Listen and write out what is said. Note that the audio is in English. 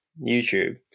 YouTube